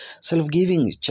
self-giving